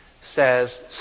says